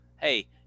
hey